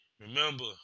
Remember